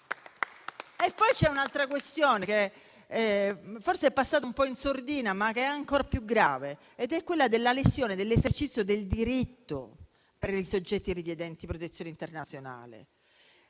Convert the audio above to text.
C'è anche un'altra questione che forse è passata un po' in sordina, ma che è ancora più grave, che è quella della lesione dell'esercizio del diritto per i soggetti richiedenti protezione internazionale.